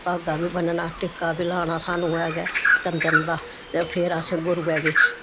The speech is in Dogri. धागा बी बन्नना ते टिक्का बी बन्नना ते सानूं ऐ गै चंदन दा ते फिर असें गुरूऐ गी